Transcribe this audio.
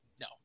No